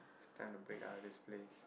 time to break out of this place